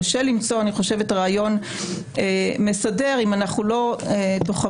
קשה למצוא רעיון מסדר אם אנחנו לא תוחמים